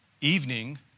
evening